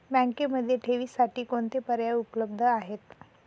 बँकेमध्ये ठेवींसाठी कोणते पर्याय उपलब्ध आहेत?